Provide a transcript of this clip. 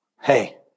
hey